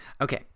okay